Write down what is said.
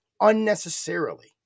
unnecessarily